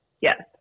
Yes